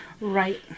Right